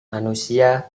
manusia